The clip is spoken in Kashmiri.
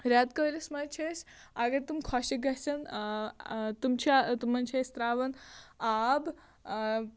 رٮ۪تہٕ کٲلِس منٛز چھ أسۍ اَگر تِم خۅشِک گَژھان تِم چھا تِمَن چھِ أسۍ ترٛاوان آب